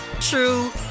true